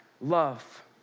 love